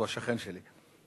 הוא שכן שלי.